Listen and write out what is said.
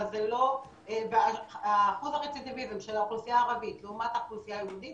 אבל אחוז הרצידיביזם של האוכלוסייה הערבית לעומת האוכלוסייה היהודית